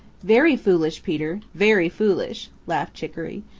very foolish, peter. very foolish, laughed chicoree.